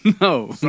No